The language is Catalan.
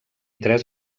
tres